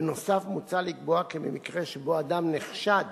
בנוסף, מוצע לקבוע כי במקרה שבו אדם נחשד